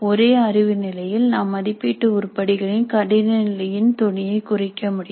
ஒரே அறிவு நிலையில் நாம் மதிப்பீட்டு உருப்படிகளில் கடின நிலையின் தொனியை குறைக்க முடியும்